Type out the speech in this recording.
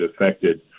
affected